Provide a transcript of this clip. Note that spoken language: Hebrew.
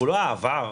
לא העבר,